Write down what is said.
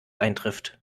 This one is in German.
eintrifft